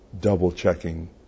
double-checking